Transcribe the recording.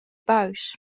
buis